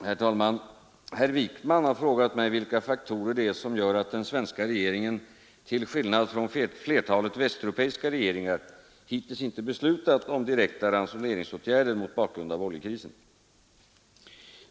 Herr talman! Herr Wijkman har frågat mig vilka faktorer det är som gör att den svenska regeringen — till skillnad från flertalet västeuropeiska regeringar — hittills inte beslutat om direkta ransoneringsåtgärder mot bakgrund av oljekrisen.